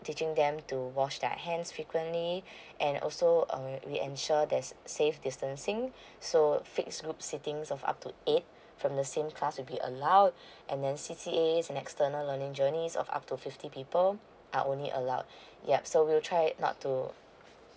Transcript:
teaching them to wash their hands frequently and also um we ensure there's safe distancing so fixed loop sittings of up to eight from the same class will be allowed and then C_C_A and external learning journeys of up to fifty people are only allowed yup so we'll try not too